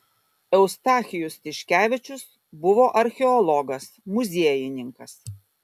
eustachijus tiškevičius buvo archeologas muziejininkas